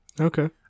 Okay